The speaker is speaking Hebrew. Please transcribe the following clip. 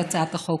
את הצעת החוק?